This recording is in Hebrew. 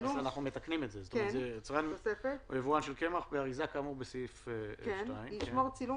שמירת מסמכים 3 יצרן או יבואן של קמח באריזה כאמור בסעיף 2 ישמור צילום